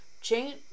Jane